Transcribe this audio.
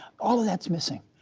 all of that's missing.